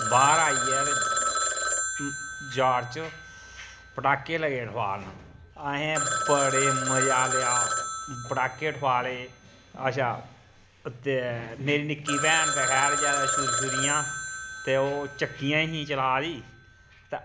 बाह्र आइयै ते जाड़ च पटाके लगे ठोआलन असें बड़े मज़ा लेआ पटाके ठोआले अच्छा ते मेरी निक्की भैन ते खैर जादै छुरछुरियां ते ओह् चक्कियां ही चला दी ते